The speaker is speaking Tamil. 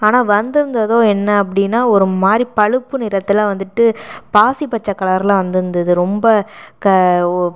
ஆனால் வந்திருந்தது என்ன அப்படீன்னா ஒருமாதிரி பழுப்பு நிறத்தில் வந்துட்டு பாசி பச்சை கலரில் வந்திருந்துது ரொம்ப